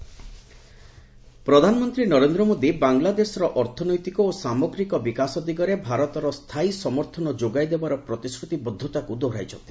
PM Bangladesh ପ୍ରଧାନମନ୍ତ୍ରୀ ନରେନ୍ଦ୍ର ମୋଦୀ ବାଂଲାଦେଶର ଅର୍ଥନୈତିକ ଓ ସାମଗ୍ରିକ ବିକାଶ ଦିଗରେ ଭାରତର ସ୍ଥାୟୀ ସମର୍ଥନ ଯୋଗାଇ ଦେବାର ପ୍ରତିଶ୍ରୁତିବଦ୍ଧତା ଦୋହରାଇଛନ୍ତି